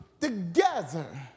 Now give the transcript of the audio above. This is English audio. together